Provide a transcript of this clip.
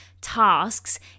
tasks